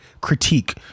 critique